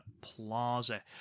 Plaza